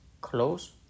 close